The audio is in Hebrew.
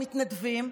מתנדבים,